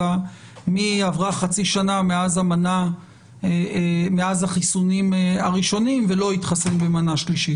אלא מי עברה חצי שנה מאז החיסונים הראשונים ולא התחסן במנה שלישית.